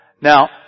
Now